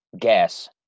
Gas